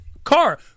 Car